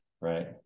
right